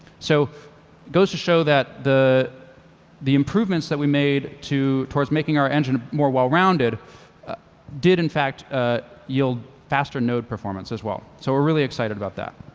so goes to show that the the improvements that we made towards making our engine more well-rounded did in fact ah yield faster node performance as well. so we're really excited about that.